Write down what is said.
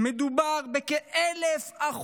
מדובר בכ-1,000%,